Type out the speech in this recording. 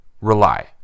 rely